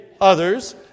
others